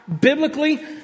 Biblically